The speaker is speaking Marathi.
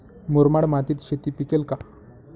मुरमाड मातीत शेती पिकेल का?